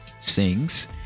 sings